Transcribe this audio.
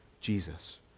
Jesus